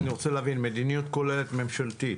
רגע, אני רוצה להבין, מדיניות כוללת ממשלתית?